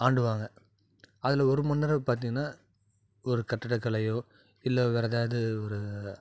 ஆண்டுக்குவாங்க அதில் ஒரு மன்னர் பார்த்திங்கன்னா ஒரு கட்டிடக்கலையோ இல்லை வேறு ஏதாவது ஒரு